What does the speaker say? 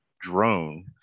drone